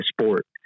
sport